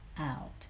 Out